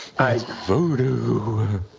Voodoo